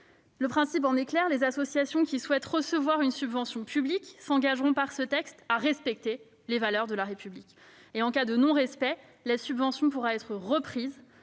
Le principe en en est simple : les associations qui souhaitent recevoir une subvention publique s'engageront, par ce texte, à respecter les valeurs de la République ; en cas de non-respect de l'engagement, la subvention pourra être reprise.